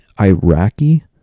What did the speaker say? Iraqi